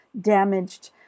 damaged